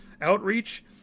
outreach